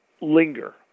linger